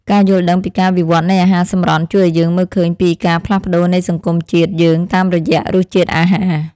ការយល់ដឹងពីការវិវត្តនៃអាហារសម្រន់ជួយឱ្យយើងមើលឃើញពីការផ្លាស់ប្តូរនៃសង្គមជាតិយើងតាមរយៈរសជាតិអាហារ។